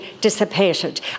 dissipated